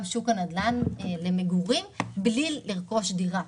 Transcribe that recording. בשוק הנדל"ן למגורים בלי לרכוש דירה,